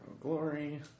glory